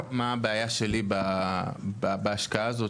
הבעיה שלי בהשקעה הזאת,